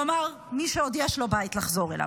כלומר, מי שעוד יש לו בית לחזור אליו.